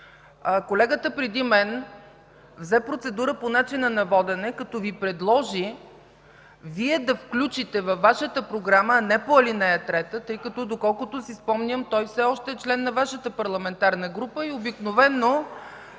Колегата преди мен взе процедура по начина на водене, като Ви предложи да включите във Вашата програма, а не по ал. 3, тъй като, доколкото си спомням, той все още е член на Вашата парламентарна група и обикновено